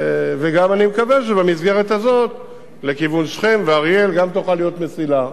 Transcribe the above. ואני מקווה שבמסגרת הזאת גם לכיוון שכם ואריאל תוכל להיות מסילה.